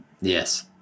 Yes